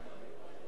אדוני,